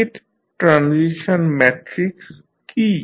state transition matrix key